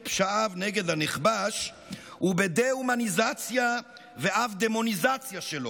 פשעיו נגד הנכבש הוא בדה-הומניזציה ואף דמוניזציה שלו,